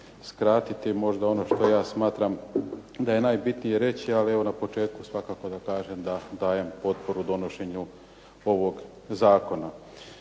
skratiti možda ono što ja smatram da je najbitnije reći, ali na početku svakako da kažem da dajem potporu donošenju ovog zakona.